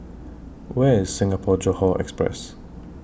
Where IS Singapore Johore Express